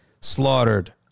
slaughtered